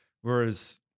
Whereas